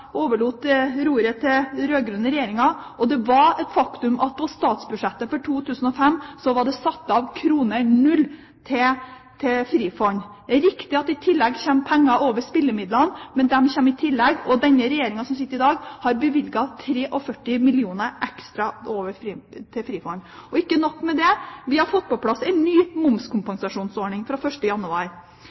overlot roret til den rød-grønne regjeringen, og det er et faktum at på statsbudsjettet for 2005 var det satt av kroner null til Frifond. Det er riktig at det kommer penger over spillemidlene, men de kommer i tillegg. Den regjeringen som sitter i dag, har bevilget altså 43 mill. kr ekstra til Frifond. Ikke nok med det, vi har fått på plass en ny momskompensasjonsordning fra 1. januar.